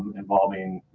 involving